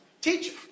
Teacher